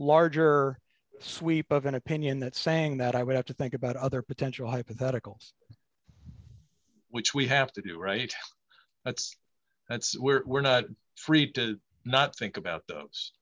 larger sweep of an opinion that saying that i would have to think about other potential hypotheticals which we have to do right that's that's where we're not free to not think about